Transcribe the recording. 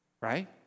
Right